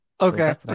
Okay